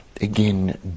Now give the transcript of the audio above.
again